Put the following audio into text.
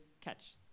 catch